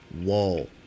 wall